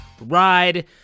Ride